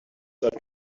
are